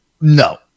No